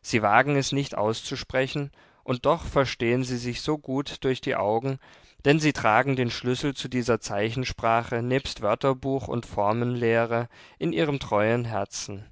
sie wagen es nicht auszusprechen und doch verstehen sie sich so gut durch die augen denn sie tragen den schlüssel zu dieser zeichensprache nebst wörterbuch und formenlehre in ihrem treuen herzen